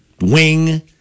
wing